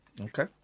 Okay